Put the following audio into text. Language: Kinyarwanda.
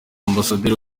ambasaderi